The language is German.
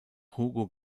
hugo